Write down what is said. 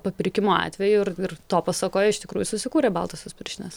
papirkimo atvejų ir ir to pasakoj iš tikrųjų susikūrė baltosios pirštinės